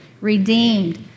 redeemed